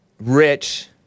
rich